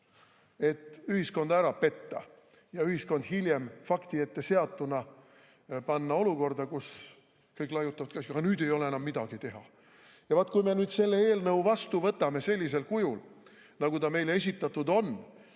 et ühiskonda ära petta ja ühiskond hiljem fakti ette seatuna panna olukorda, kus kõik laiutavad käsi ja ütlevad, et aga nüüd ei ole enam midagi teha. Ja vaat, kui me nüüd selle eelnõu vastu võtame sellisel kujul, nagu ta meile esitatud on,